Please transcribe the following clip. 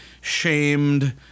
shamed